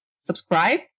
subscribe